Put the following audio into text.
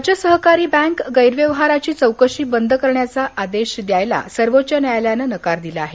राज्य सहकारी बँक गैरव्यवहाराची चौकशी बंद करण्याचा आदेश द्यायला सर्वोच्च न्यायालयानं नकार दिला आहे